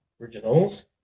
originals